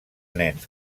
nens